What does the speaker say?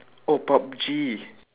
oh pub-G